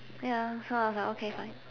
ya so I was like okay fine